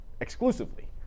exclusively